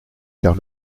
car